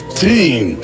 team